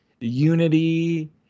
Unity